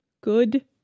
good